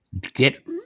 get